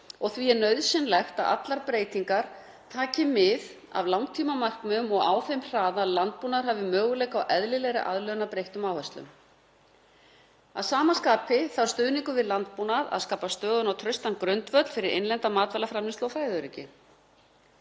og því er nauðsynlegt að allar breytingar taki mið af langtímamarkmiðum og á þeim hraða að landbúnaður hafi möguleika á eðlilegri aðlögun að breyttum áherslum. Að sama skapi þarf stuðningur við landbúnað að skapa stöðugan og traustan grundvöll fyrir innlenda matvælaframleiðslu og fæðuöryggi.